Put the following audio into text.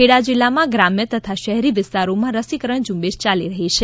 ખેડા જિલ્લામાં ગ્રામ્ય તથા શહેરી વિસ્તારોમાં રસીકરણ ઝુંબેશ યાલી રહી છે